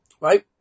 right